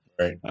Right